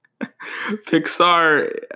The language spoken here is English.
Pixar